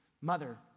mother